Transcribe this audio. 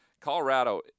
Colorado